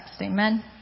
Amen